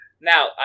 now